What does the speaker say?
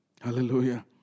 Hallelujah